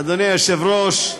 אדוני היושב-ראש,